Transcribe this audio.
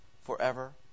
forever